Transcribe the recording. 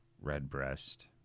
Redbreast